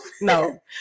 No